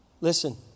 Listen